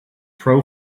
pro